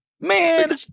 Man